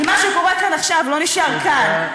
כי מה שקורה כאן עכשיו לא נשאר כאן.